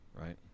right